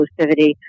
exclusivity